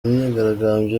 imyigaragambyo